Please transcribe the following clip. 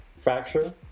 fracture